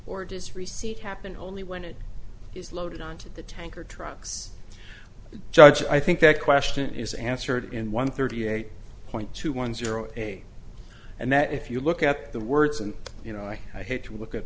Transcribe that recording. or does receipt happen only when it is loaded on to the tanker trucks judge i think that question is answered in one thirty eight point two one zero eight and that if you look at the words and you know i had to look at